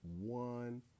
one